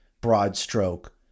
broad-stroke